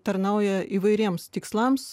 tarnauja įvairiems tikslams